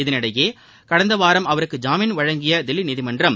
இதனிடையே கடந்த வாரம் அவருக்கு ஜாமீன் வழங்கிய தில்லி நீதிமன்றம்